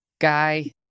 Guy